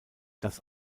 das